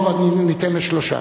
טוב, אני אתן לשלושה.